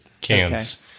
cans